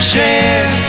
share